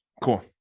Cool